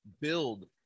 build